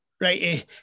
right